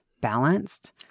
balanced